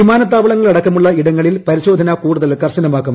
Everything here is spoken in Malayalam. വിമാനത്താവളങ്ങൾ അടക്കമുള്ള ഇടങ്ങളിൽ പരിശോധന കൂടുതൽ കർശനമാക്കും